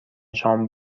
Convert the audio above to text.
شام